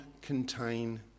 contain